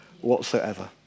whatsoever